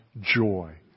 joy